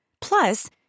Plus